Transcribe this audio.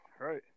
right